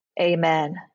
Amen